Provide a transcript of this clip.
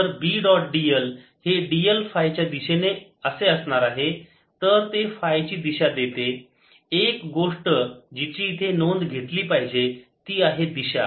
तर B dot dl हे dl phi च्या दिशेने असे असणार आहे तर ते फाय ची दिशा देते एक गोष्ट जी ची इथे नोंद घेतली पाहिजे ती आहे दिशा